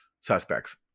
suspects